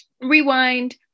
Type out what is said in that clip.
rewind